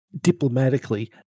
diplomatically